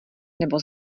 nebo